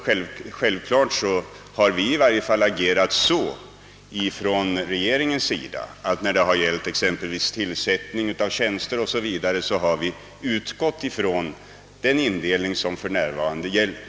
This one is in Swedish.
Självfallet har vi också i regeringen agerat så, att vid exempelvis tillsättandet av tjänster o.d. har vi utgått ifrån den nuvarande indelningen.